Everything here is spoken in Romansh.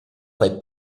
quei